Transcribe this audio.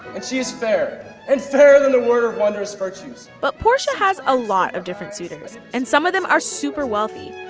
and she is fair and fairer than the word of wondrous virtues but portia has a lot of different suitors, and some of them are super wealthy,